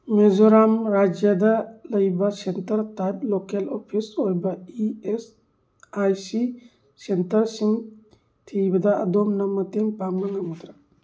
ꯃꯤꯖꯣꯔꯥꯝ ꯔꯥꯖ꯭ꯌꯗ ꯂꯩꯕ centre type local office ꯑꯣꯏꯕ ꯏ ꯁꯤ ꯑꯥꯏ ꯁꯤ ꯁꯦꯟꯇꯔꯁꯤꯡ ꯊꯤꯕꯗ ꯑꯗꯣꯝꯅ ꯃꯇꯦꯡ ꯄꯥꯡꯕ ꯉꯝꯒꯗ꯭ꯔꯥ